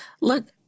look